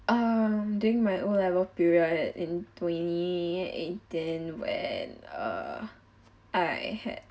um during my O level period in twenty eighteen when uh I had